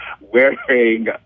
wearing